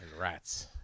rats